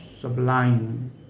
sublime